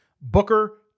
Booker